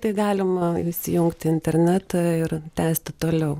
tai galima įsijungti internetą ir tęsti toliau